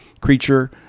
creature